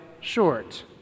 short